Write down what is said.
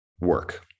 work